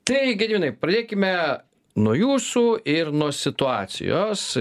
taigi pradėkime nuo jūsų ir nuo situacijos